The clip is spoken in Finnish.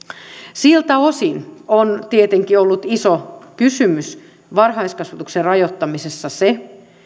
siltä osin on tietenkin ollut iso kysymys varhaiskasvatuksen rajoittamisessa se